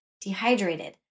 dehydrated